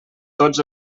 tots